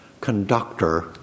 conductor